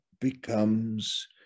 becomes